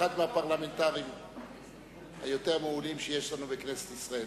אחד מהפרלמנטרים היותר מעולים שיש לנו בכנסת ישראל,